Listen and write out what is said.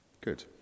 Good